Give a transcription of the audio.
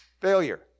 failure